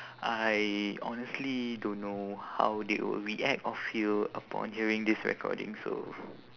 I honestly don't know how they will react or feel upon hearing this recording so